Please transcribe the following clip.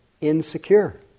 insecure